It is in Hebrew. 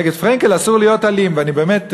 נגד פרנקל אסור להיות אלים, ואני באמת,